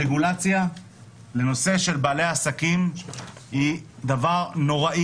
הרגולציה לנושא של בעלי עסקים היא דבר נורא,